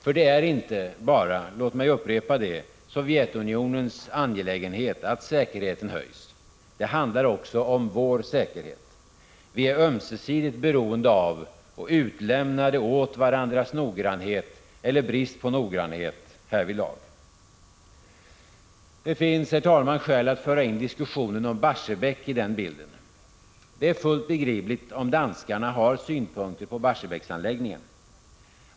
Det är nämligen inte bara en angelägenhet för Sovjetunionen att säkerheten höjs — låt mig upprepa det. Det handlar också om vår säkerhet. Vi är ömsesidigt beroende av och utlämnade åt varandras noggrannhet eller brist på noggrannhet härvidlag. Herr talman! Det finns skäl att föra in diskussionen om Barsebäck i den bilden. Det är fullt begripligt om danskarna har synpunkter på Barsebäcksanläggningen.